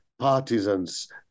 partisans